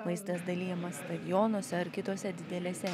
maistas dalijamas stadionuose ar kitose didelėse